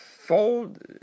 fold